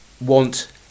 want